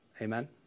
Amen